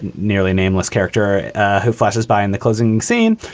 nearly nameless character who flashes by in the closing scene.